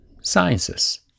sciences